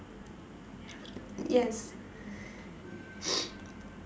yes